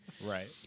Right